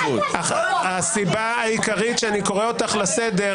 הסיבה העיקרית שאני קורא אותך לסדר,